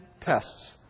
tests